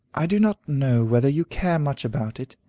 i do not know whether you care much about it,